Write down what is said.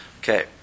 Okay